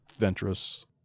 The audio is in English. Ventress